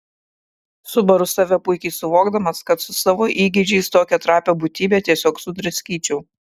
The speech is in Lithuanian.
subaru save puikiai suvokdamas kad su savo įgeidžiais tokią trapią būtybę tiesiog sudraskyčiau